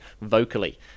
vocally